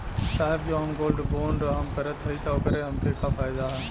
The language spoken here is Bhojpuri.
साहब जो हम गोल्ड बोंड हम करत हई त ओकर हमके का फायदा ह?